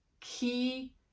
key